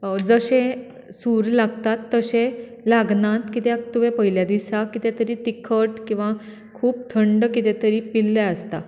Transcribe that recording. जशें सूर लागतां तशें लागना कित्याक तुवें पयल्या दिसा कितें तरी तिखट किंवा खूब थंड कितें तरी पिल्ले आसता